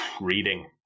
Reading